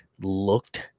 looked